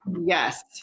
Yes